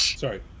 Sorry